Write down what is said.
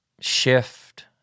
shift